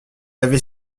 avait